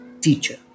teacher